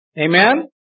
Amen